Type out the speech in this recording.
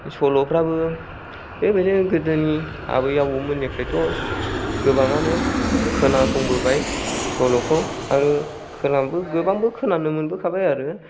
सल'फ्राबो बेबायदिनो गोदोनि आबै आबौमोननिफ्रायथ' गोबाङानो खोनासंबोबाय सल'खौ आरो खोनाबो गोबांबो खोनानो मोनबोखाबाय आरो